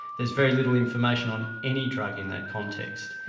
there's very little information on any drug in that context.